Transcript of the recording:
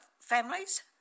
families